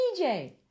DJ